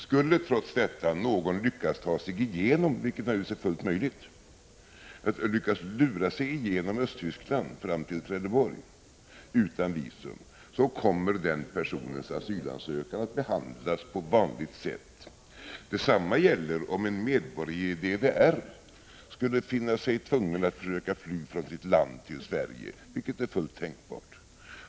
Skulle trots detta någon lyckas lura sig igenom Östtyskland — vilket naturligtvis är fullt möjligt — fram till Trelleborg utan visum kommer den personens asylansökan att behandlas på vanligt sätt. Detsamma gäller om en medborgare i DDR skulle finna sig tvungen att försöka fly från sitt land till Sverige, vilket är fullt tänkbart.